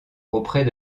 auprès